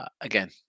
Again